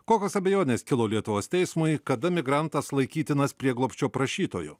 kokios abejonės kilo lietuvos teismui kada migrantas laikytinas prieglobsčio prašytoju